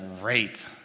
Great